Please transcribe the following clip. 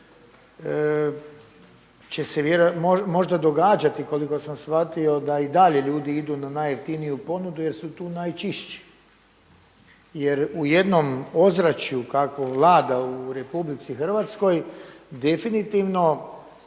možda događati koliko sam shvatio da i dalje ljudi idu na najjeftiniju ponudu jer su tu najčišći. Jer u jednom ozračju kakvo vlada u RH definitivno